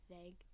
vague